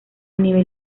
nivel